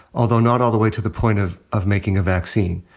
although not all the way to the point of of making a vaccine.